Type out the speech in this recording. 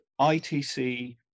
ITC